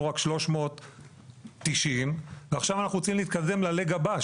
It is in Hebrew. רק 390 ועכשיו אנחנו רוצים להתקדם ללג הבא.